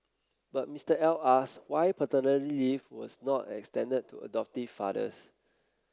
but Mister L asked why paternity leave was not extended to adoptive fathers